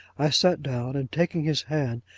i sat down, and taking his hand,